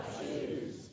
choose